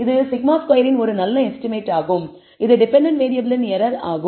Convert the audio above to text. இது σ2 இன் ஒரு நல்ல எஸ்டிமேட் ஆகும் இது டெபென்டென்ட் வேறியபிளின் எரர் ஆகும்